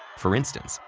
for instance,